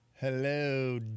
Hello